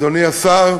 אדוני השר,